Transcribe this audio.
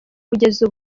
kugeza